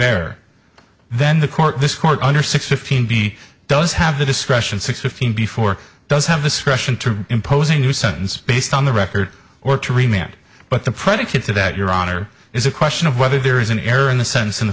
error then the court this court under six fifteen b does have the discretion six fifteen before does have discretion to impose a new sentence based on the record or to remain but the predicate to that your honor is a question of whether there is an error in the sense in the